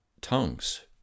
tongues